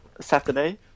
Saturday